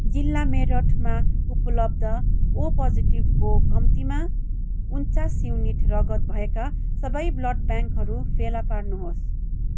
जिल्ला मेरठमा उपलब्ध ओ पोजिटिभको कम्तिमा उन्चास युनिट रगत भएका सबै ब्लड ब्याङ्कहरू फेला पार्नुहोस्